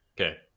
Okay